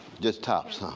just tops. ah